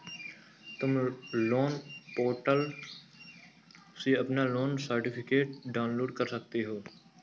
तुम loan portal से अपना लोन सर्टिफिकेट डाउनलोड कर सकते हो